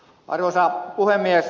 arvoisa puhemies